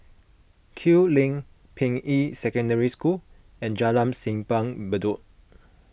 Kew Lane Ping Yi Secondary School and Jalan Simpang Bedok